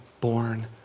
born